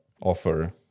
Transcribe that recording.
offer